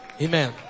Amen